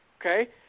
okay